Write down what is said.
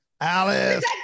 Alice